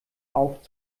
auf